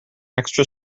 extra